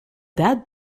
that